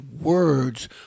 words